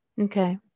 Okay